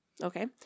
Okay